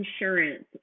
insurance